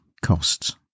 costs